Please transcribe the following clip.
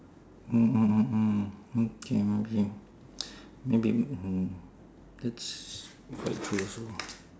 mm mm mm mm no pain no gain maybe hmm that's quite true also